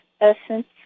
essence